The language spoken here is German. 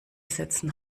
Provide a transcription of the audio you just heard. setzen